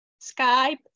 Skype